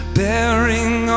bearing